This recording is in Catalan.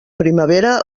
primavera